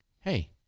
Hey